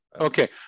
Okay